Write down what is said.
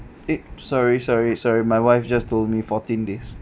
it sorry sorry sorry my wife just told me fourteen days